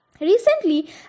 Recently